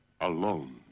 alone